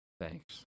Thanks